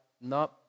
no